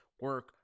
Work